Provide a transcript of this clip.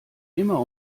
immer